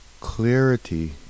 clarity